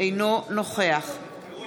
אינו נוכח צבי האוזר,